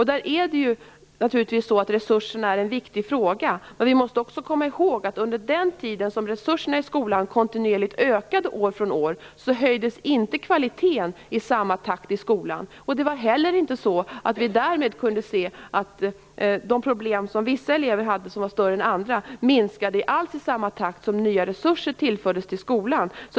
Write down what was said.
Där är förstås resurserna en viktig fråga, men vi måste också komma ihåg att under den tid då resurserna i skolan kontinuerligt ökade år från år höjdes inte kvaliteten i skolan i samma takt. Det var heller inte så att de problem som vissa elever hade som var större än andras minskade i samma takt som nya resurser tillfördes till skolan.